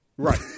Right